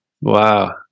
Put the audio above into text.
Wow